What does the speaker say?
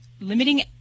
limiting